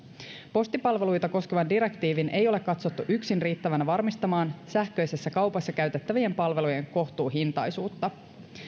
postipalveluita koskevan direktiivin ei ole katsottu yksin riittävän varmistamaan sähköisessä kaupassa käytettävien palvelujen kohtuuhintaisuutta